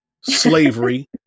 slavery